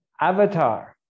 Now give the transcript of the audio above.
avatar